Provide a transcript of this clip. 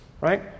Right